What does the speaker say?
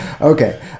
Okay